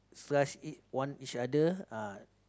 slice it one each other ah